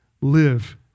live